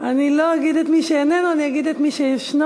אני לא אגיד את מי שאיננו, אני אגיד את מי שישנו.